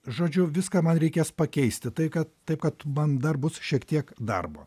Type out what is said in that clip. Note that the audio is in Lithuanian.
žodžiu viską man reikės pakeisti tai kad taip kad man dar bus šiek tiek darbo